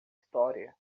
história